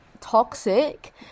toxic